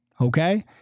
Okay